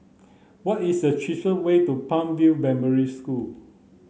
what is the cheapest way to Palm View Primary School